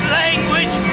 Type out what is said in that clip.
language